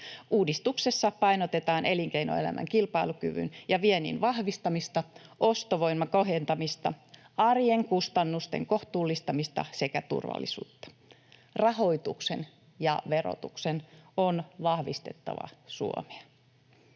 Uudistuksessa painotetaan elinkeinoelämän kilpailukyvyn ja viennin vahvistamista, ostovoiman kohentamista, arjen kustannusten kohtuullistamista sekä turvallisuutta. Rahoituksen ja verotuksen on vahvistettava Suomea.